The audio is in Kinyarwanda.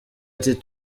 ati